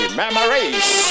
memories